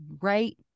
right